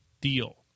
deal